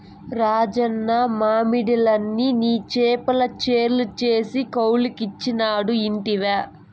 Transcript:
రాజన్న మడిలన్ని నీ చేపల చెర్లు చేసి కౌలుకిచ్చినాడట ఇంటివా